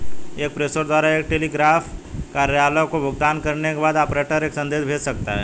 एक प्रेषक द्वारा एक टेलीग्राफ कार्यालय को भुगतान करने के बाद, ऑपरेटर एक संदेश भेज सकता है